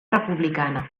republicana